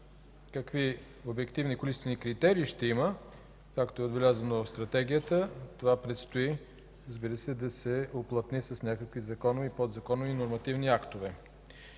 какви обективни количествени критерии ще има. Както е отбелязано в Стратегията, това предстои, разбира се, да се уплътни с някакви законови и подзаконови нормативни актове.